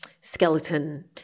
skeleton